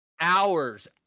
Hours